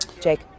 Jake